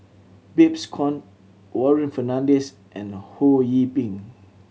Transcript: Babes Conde Warren Fernandez and Ho Yee Ping